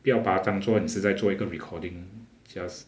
不要把他当作你是在做一个 recording just